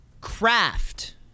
CRAFT